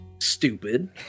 Stupid